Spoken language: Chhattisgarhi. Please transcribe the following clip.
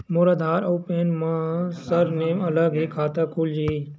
मोर आधार आऊ पैन मा सरनेम अलग हे खाता खुल जहीं?